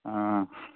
हाँ